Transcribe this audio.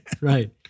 Right